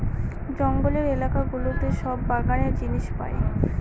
জঙ্গলের এলাকা গুলোতে সব বাগানের জিনিস পাই